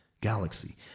galaxy